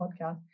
podcast